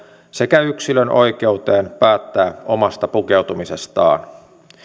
sekä yksilön oikeuteen päättää omasta pukeutumisestaan